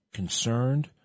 concerned